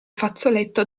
fazzoletto